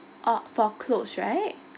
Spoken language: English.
oh for clothes right